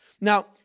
Now